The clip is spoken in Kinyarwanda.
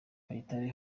kayitare